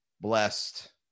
blessed